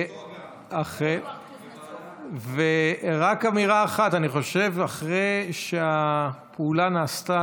רק אמירה אחת: אני חושב שאחרי שהפעולה נעשתה,